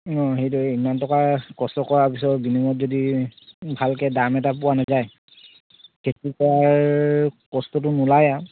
অঁ সেইটোৱে ইমান টকা কষ্ট কৰাৰ পিছত বিনিময়ত যদি ভালকৈ দাম এটা পোৱা নেযায় খেতি কৰাৰ কষ্টটো নোলায় আৰু